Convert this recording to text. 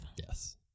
Yes